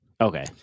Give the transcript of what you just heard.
okay